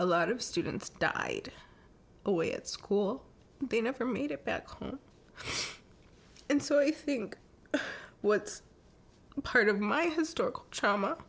a lot of students died away at school they never made it back home and so i think what part of my historical trauma